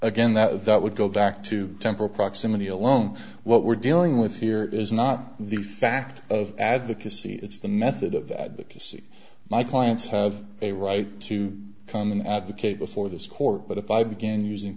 again that that would go back to temple proximity alone what we're dealing with here is not the fact of advocacy it's the method of my clients have a right to come and advocate before this court but if i began using